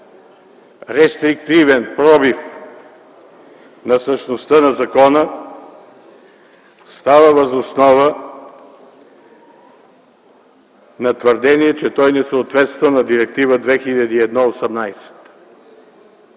рестриктивен пробив на същността на закона става въз основа на твърдение, че той не съответства на Директива 2001/18.